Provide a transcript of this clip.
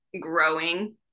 growing